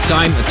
Time